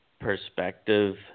perspective